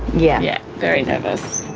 yeah yep. very nervous,